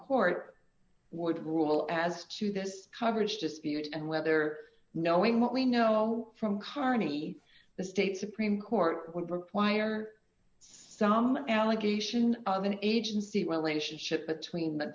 court would rule as to this coverage dispute and whether knowing what we know from carney the state supreme court would require some allegation of an agency relationship between the